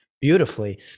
beautifully